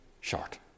short